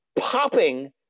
popping